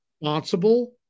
responsible